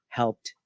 helped